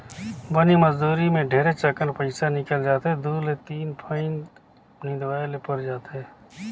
बनी मजदुरी मे ढेरेच अकन पइसा निकल जाथे दु ले तीन फंइत निंदवाये ले पर जाथे